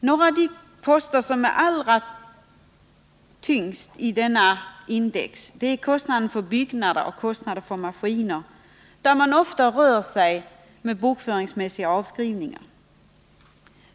Några av de poster som är allra tyngst i detta index är kostnader för byggnader och för maskiner, där man ofta rör sig med bokför ngsmässiga avskrivningar.